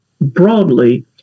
broadly